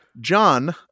John